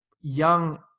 young